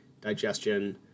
digestion